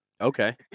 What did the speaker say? Okay